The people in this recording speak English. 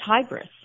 tigress